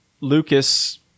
Lucas